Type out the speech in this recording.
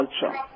culture